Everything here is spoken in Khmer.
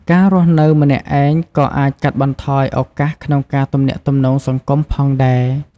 ការរស់នៅម្នាក់ឯងក៏អាចកាត់បន្ថយឱកាសក្នុងការទំនាក់ទំនងសង្គមផងដែរ។